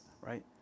right